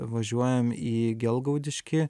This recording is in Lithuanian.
važiuojam į gelgaudiškį